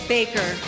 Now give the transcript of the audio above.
Baker